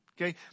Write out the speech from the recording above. Okay